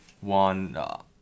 one